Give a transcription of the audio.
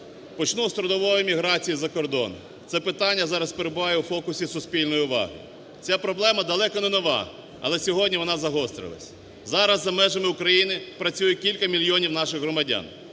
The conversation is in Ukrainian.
Почну з трудової міграції за кордон. Це питання зараз перебуває у фокусі суспільної уваги. Ця проблема далеко не нова, але сьогодні вона загострилась. Зараз за межами України працює кілька мільйонів наших громадян.